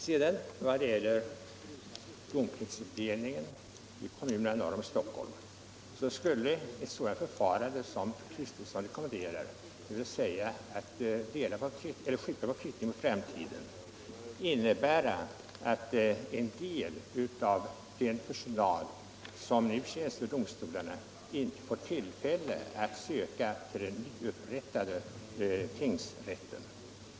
När det sedan gäller domstolsindelningen i kommunerna norr om Stockholm skulle ett sådant förfarande som fru Kristensson rekommenderar, dvs. att man skall skjuta flyttningen på framtiden, innebära att en del av den personal som nu tjänstgör vid domstolarna inte får tillfälle att söka till den nyupprättade tingsrätten.